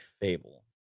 fable